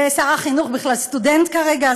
ושר החינוך בכלל סטודנט כרגע,